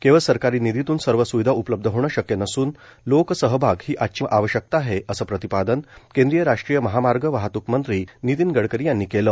केवळ सरकारी निधीतून सर्व स्विधा उपलब्ध होणं शक्य नसून लोकसहभाग ही आजची आवश्यकता आहे असं प्रतिपादन केंद्रीय राष्ट्रीय महामार्ग वाहतूकमंत्री नितीन गडकरी यांनी केलं